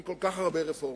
עם כל כך הרבה רפורמות.